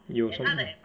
有什么